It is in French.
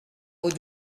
vos